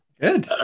Good